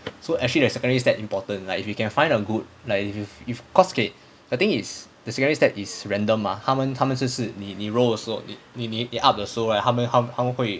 so actually the secondary stat is important like if you can find a good like if you if if you cause the thing is the secondary stat is random mah 他们他们就是就是你 roll 的时候你你你 up 的时候 right 他们会